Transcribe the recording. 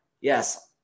Yes